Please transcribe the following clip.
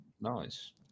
Nice